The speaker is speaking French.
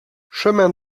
chemin